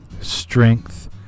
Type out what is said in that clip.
strength